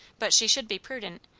but she should be prudent,